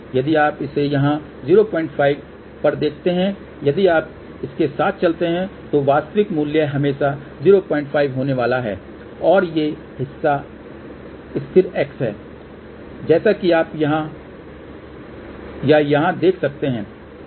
यदि आप इसे यहाँ 05 पर देखते हैं यदि आप इसके साथ चलते हैं तो वास्तविक मूल्य हमेशा 05 होने वाला है और ये स्थिर X हैं जैसा कि आप यहां या यहां देख सकते हैं